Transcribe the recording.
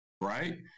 right